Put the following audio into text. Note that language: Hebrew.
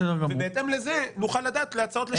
ובהתאם לזה נוכל לדעת להצעות לשיפור.